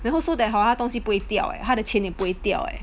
然后 so that hor 他的东西不会掉 eh 他的钱也不会掉 eh